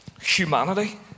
humanity